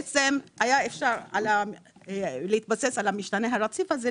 בעצם היה אפשר להתבסס על המשתנה הרציף הזה,